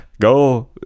Go